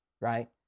Right